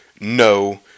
No